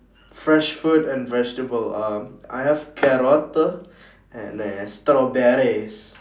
fresh food and vegetable um I have carrot and strawberries